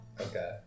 Okay